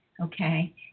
Okay